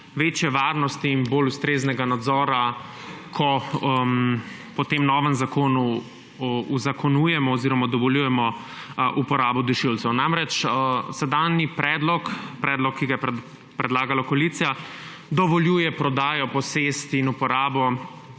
večje varnosti in bolj ustreznega nadzora, ko po tem novem zakonu uzakonjujemo oziroma dovoljujemo uporabo dušilcev. Namreč, sedanji predlog, predlog, ki ga je predlagala koalicija, dovoljuje prodajo, posest in uporabo